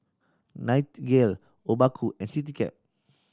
Nightingale Obaku and Citycab